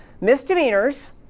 misdemeanors